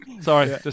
Sorry